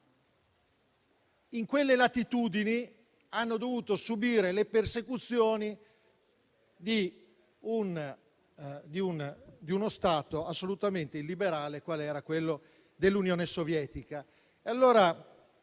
in quelle latitudini, hanno dovuto subire le persecuzioni di uno Stato assolutamente illiberale, qual era quello dell'Unione Sovietica.